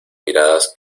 miradas